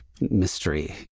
mystery